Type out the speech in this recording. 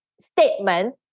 statement